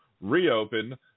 reopen